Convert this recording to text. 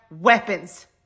weapons